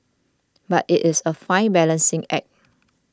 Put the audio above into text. but it is a fine balancing act